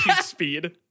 speed